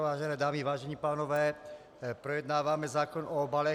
Vážené dámy, vážení pánové, projednáváme zákon o obalech.